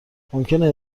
ممکنه